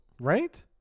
Right